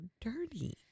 dirty